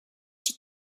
die